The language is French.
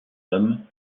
homme